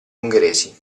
ungheresi